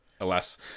Alas